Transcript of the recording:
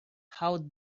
how